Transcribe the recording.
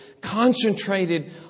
concentrated